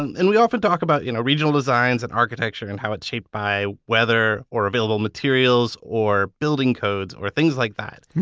and and we often talk about you know regional designs and architecture and how it's shaped by weather, or available materials, or building codes, or things like that.